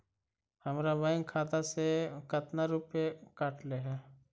हमरा बैंक खाता से कतना रूपैया कटले है?